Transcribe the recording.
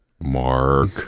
Mark